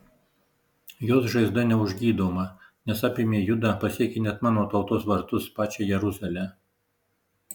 jos žaizda neužgydoma nes apėmė judą pasiekė net mano tautos vartus pačią jeruzalę